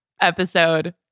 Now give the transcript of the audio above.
episode